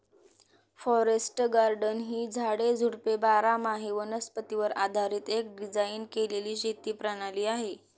forest garden ही झाडे, झुडपे बारामाही वनस्पतीवर आधारीत एक डिझाइन केलेली शेती प्रणाली आहे